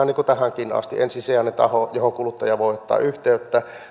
niin kuin tähänkin asti se ensisijainen taho johon kuluttaja voi ottaa yhteyttä